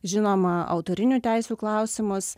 žinoma autorinių teisių klausimus